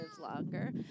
longer